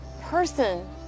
person